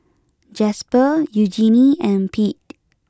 Jasper Eugenie and Pete